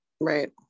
right